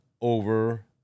over